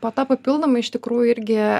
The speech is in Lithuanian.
po to papildomai iš tikrųjų irgi